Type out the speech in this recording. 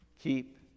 Keep